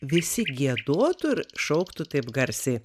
visi giedotų ir šauktų taip garsiai